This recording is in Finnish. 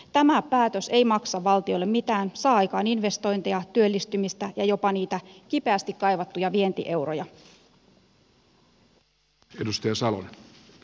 tämä päätös ei maksa valtiolle mitään ja saa aikaan investointeja työllistymistä ja jopa niitä kipeästi kaivattuja vientieuroja